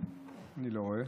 אני לא רואה.